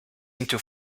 into